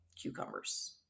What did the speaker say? cucumbers